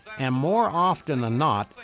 and more often than not,